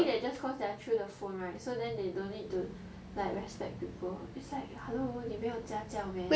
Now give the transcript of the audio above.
they really think that just cause it's through the phone right so then they don't need to like respect people like hello 你没有家教 meh